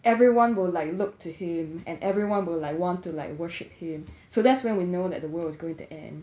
everyone will like look to him and everyone will like want to like worship him so that's where we know that the world's going to end